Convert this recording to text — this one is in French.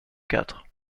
quatre